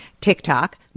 TikTok